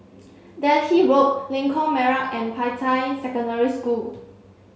Delhi Road Lengkok Merak and Peicai Secondary School